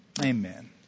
amen